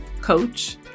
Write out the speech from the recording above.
coach